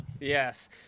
Yes